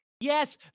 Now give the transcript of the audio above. Yes